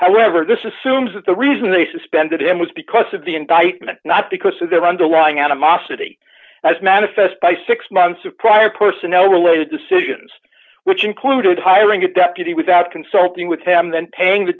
however this is assumed that the reason they suspended him was because of the indictment not because of their underlying animosity as manifest by six months of prior personnel related decisions which included hiring a deputy without consulting with him then paying the